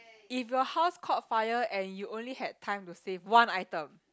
if your house caught fire and you only had time to save one item